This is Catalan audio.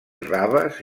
raves